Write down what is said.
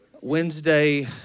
Wednesday